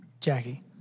Jackie